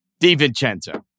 DiVincenzo